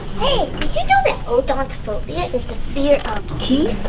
know that odontophobia is the fear of teeth?